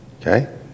Okay